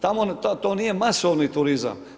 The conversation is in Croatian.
Tamo to nije masovni turizam.